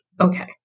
okay